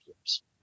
years